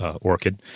orchid